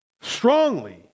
strongly